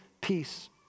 peace